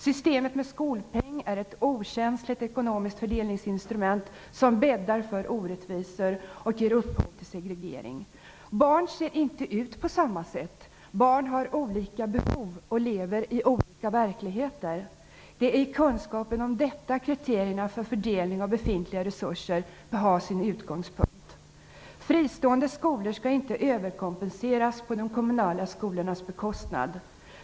Systemet med skolpeng är ett okänsligt ekonomiskt fördelningsinstrument, som bäddar för orättvisor och ger upphov till segregering. Barn ser inte ut på samma sätt. Barn har olika behov och lever i olika verkligheter. Det är i kunskapen om detta som kriterierna för fördelning av befintliga resurser bör ha sin utgångspunkt. Fristående skolor skall inte överkompenseras på de kommunala skolornas bekostnad.